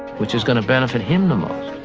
which is going to benefit him the most.